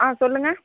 சொல்லுங்க